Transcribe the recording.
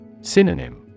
Synonym